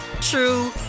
true